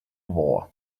war